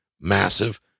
massive